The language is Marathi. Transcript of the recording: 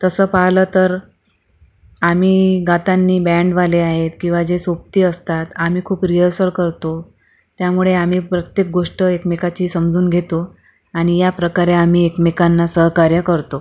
तसं पाहिलं तर आम्ही गातानी बँडवाले आहेत किंवा जे सोबती असतात आम्ही खूप रिअर्सल करतो त्यामुळे आम्ही प्रत्येक गोष्ट एकमेकाची समजून घेतो आणि या प्रकारे आम्ही एकमेकांना सहकार्य करतो